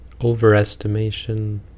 overestimation